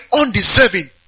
undeserving